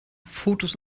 fotos